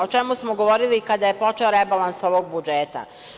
O čemu smo govorili kada je počeo rebalans budžeta.